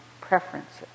preferences